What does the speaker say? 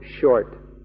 short